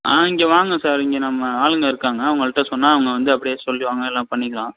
ஆ இங்கே வாங்க சார் இங்கே நம்ம ஆளுங்க இருக்காங்க அவங்கள்ட்ட சொன்னால் அவங்க வந்து அப்படியே சொல்லுவாங்க எல்லாம் பண்ணிக்கலாம்